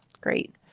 Great